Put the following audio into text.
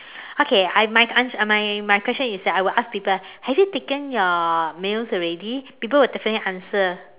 okay I my ans~ uh my my question is that have you taken your meals already people will definitely answer